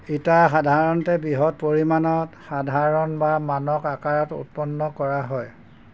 ইটা সাধাৰণতে বৃহৎ পৰিমাণত সাধাৰণ বা মানক আকাৰত উৎপন্ন কৰা হয়